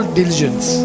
diligence